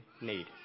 need